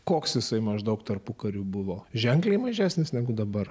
koks jisai maždaug tarpukariu buvo ženkliai mažesnis negu dabar